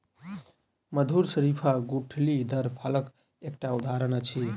मधुर शरीफा गुठलीदार फलक एकटा उदहारण अछि